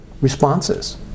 responses